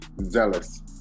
zealous